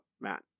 Matt